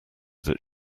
that